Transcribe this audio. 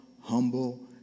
humble